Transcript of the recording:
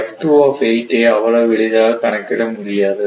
ஐ அவ்வளவு எளிதாக கணக்கிட முடியாது